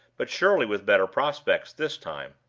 but surely with better prospects this time.